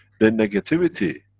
their negativity